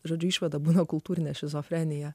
žodžiu išvada būna kultūrine šizofrenija